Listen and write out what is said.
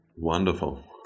Wonderful